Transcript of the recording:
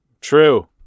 True